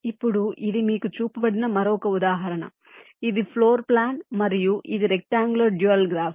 ఇప్పుడు ఇది మీకు చూపబడిన మరొక ఉదాహరణ ఇది ఫ్లోర్ ప్లాన్ మరియు ఇది రెక్ట్అంగుళర్ డ్యూయల్ గ్రాఫ్